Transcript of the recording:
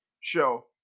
show